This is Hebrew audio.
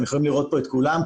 אתם יכולים לראות פה את כולם,